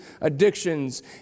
addictions